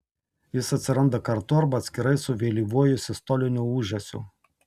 jis atsiranda kartu arba atskirai su vėlyvuoju sistoliniu ūžesiu